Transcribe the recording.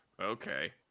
okay